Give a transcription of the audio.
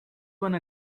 wanna